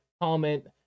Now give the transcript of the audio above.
comment